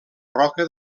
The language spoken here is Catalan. roca